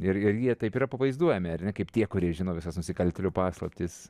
ir ir jie taip yra pavaizduojami kaip tie kurie žino visas nusikaltėlių paslaptis